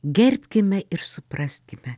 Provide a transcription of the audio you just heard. gerbkime ir supraskime